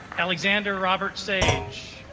alexander roberts age